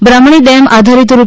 બ્રાહ્મણી dam આધારિત રૂ